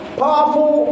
powerful